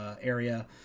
area